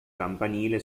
campanile